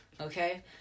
okay